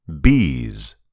Bees